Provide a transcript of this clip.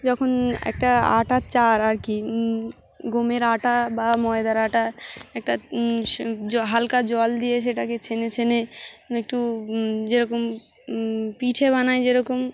যখন একটা আটার চার আর কি গমের আটা বা ময়দার আটা একটা হালকা জল দিয়ে সেটাকে ছেনে ছেনে একটু যেরকম পিঠে বানায় যেরকম